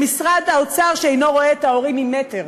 זה משרד האוצר שאינו רואה את ההורים ממטר.